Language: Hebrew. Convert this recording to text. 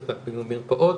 מרפאות,